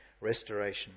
restoration